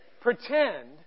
pretend